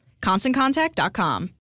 ConstantContact.com